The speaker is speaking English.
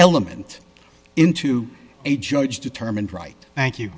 element into a judge determined right thank you